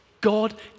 God